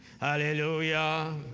Hallelujah